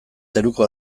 zeruko